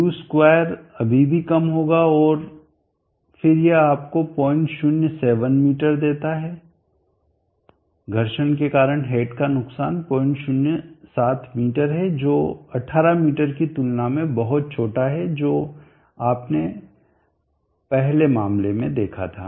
μ2 अभी भी कम होगा और फिर यह आपको 007 मीटर देता है घर्षण के कारण हेड का नुकसान 07 मीटर है जो 18 मीटर की तुलना में बहुत छोटा है जो आपने पहले मामले में देखा था